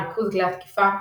ריכוז כלי ההתקפה,